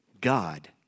God